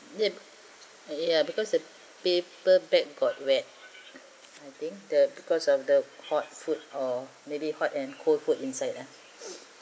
yup ya because the paper bag got wet I think the because of the hot food or maybe hot and cold food inside ah